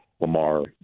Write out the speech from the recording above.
Lamar